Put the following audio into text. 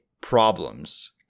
problems